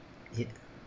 yup